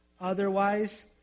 otherwise